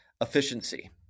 efficiency